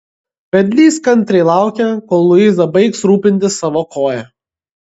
vedlys kantriai laukė kol luiza baigs rūpintis savo koja